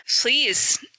please